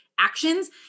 actions